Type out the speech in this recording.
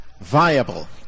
viable